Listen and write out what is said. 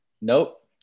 nope